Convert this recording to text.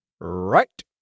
Right